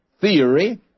theory